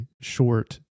short